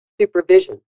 supervision